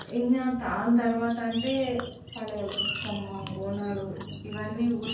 ఇంకా దాని తర్వాత అంటే పండగలు బతుకమ్మ బోనాలు ఇవన్నీ